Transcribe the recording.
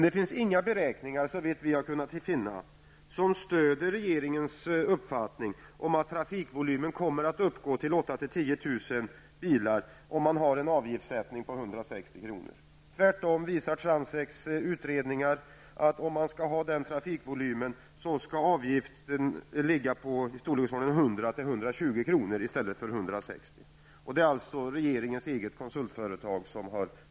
Det finns inga beräkningar, såvitt vi har kunnat finna, som stöder regeringens uppfattning om att trafikvolymen skall bli så stor vid den avgiftssättningen. Enligt Transeks beräkningar måste avgiften ligga på 100--120 kr. för att uppnå den trafikvolymen.